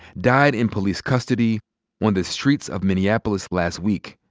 died in police custody on the streets of minneapolis last week.